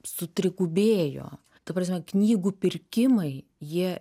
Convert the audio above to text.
sutrigubėjo ta prasme knygų pirkimai jie